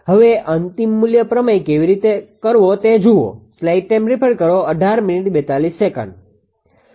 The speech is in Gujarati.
હવે અંતિમ મૂલ્ય પ્રમેય કેવી રીતે કરવો તે જુઓ